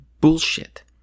bullshit